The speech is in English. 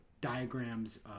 diagrams